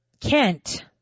Kent